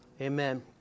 Amen